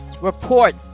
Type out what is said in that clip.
report